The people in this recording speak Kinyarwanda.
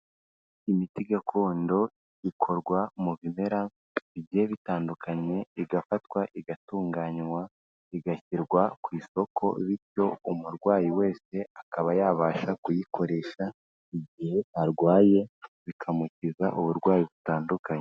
Imiti gakondo ikorwa mu bimera bigiye bitandukanye, igafatwa igatunganywa, igashyirwa ku isoko bityo umurwayi wese akaba yabasha kuyikoresha igihe arwaye bikamukiza uburwayi butandukanye.